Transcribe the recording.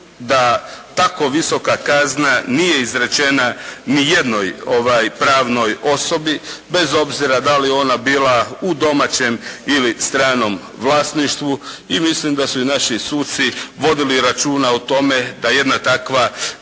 da tako visoka kazna nije izrečena nijednoj pravnoj osobi bez obzira da li ona bila u domaćem ili stranom vlasništvu i mislim da su i naši suci vodili računa o tome da jedna takva